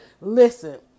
listen